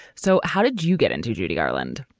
so how did you get into judy garland?